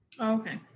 Okay